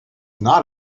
not